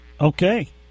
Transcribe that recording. Okay